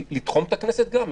לתחום את הכנסת גם,